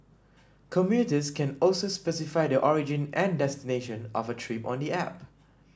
commuters can also specify the origin and destination of a trip on the app